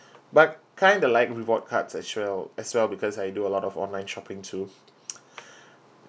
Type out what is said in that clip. but kinda like reward card as well as well because I do a lot of online shopping too